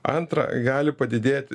antra gali padidėti